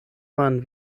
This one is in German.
waren